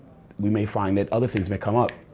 we may find that other things may come up.